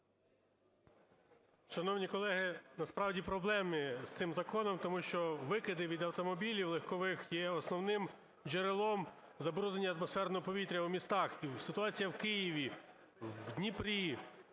Шановні колеги, насправді, проблеми з цим законом, тому що викиди від автомобілів легкових є основним джерелом забруднення атмосферного повітря в містах. І ситуація в Києві, в Дніпрі,